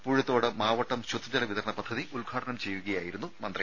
പൂഴിത്തോട് മാവട്ടം ശുദ്ധജല വിതരണ പദ്ധതി ഉദ്ഘാടനം ചെയ്യുകയായിരുന്നു മന്ത്രി